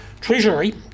Treasury